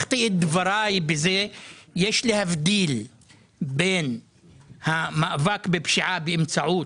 יש להבדיל בין המאבק בפשיעה באמצעות